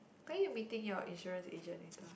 where you meeting your insurance agent later